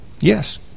Yes